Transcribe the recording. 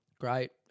great